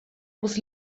muss